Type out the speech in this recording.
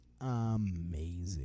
amazing